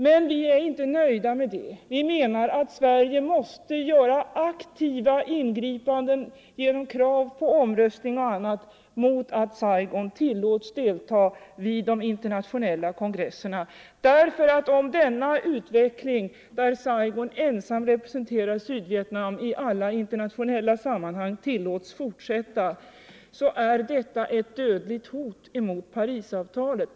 Men vi är inte nöjda med det. Vi menar att Sverige måste göra aktiva ingripanden — genom krav på omröstning och på annat sätt — mot att Saigon tillåts delta i de internationella kongresserna. Om denna utveckling, där Saigon ensamt representerar Sydvietnam i alla internationella sammanhang, tillåts fortsätta, är det ett dödligt hot mot Parisavtalet.